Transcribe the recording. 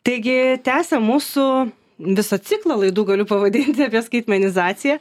taigi tęsiam mūsų visą ciklą laidų galiu pavadinti apie skaitmenizaciją